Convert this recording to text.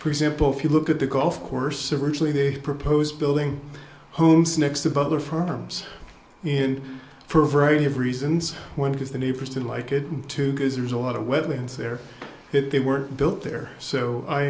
for example if you look at the golf course originally they proposed building homes next to butler farms and for a variety of reasons one because the neighbors didn't like it too because there's a lot of wetlands there that they were built there so i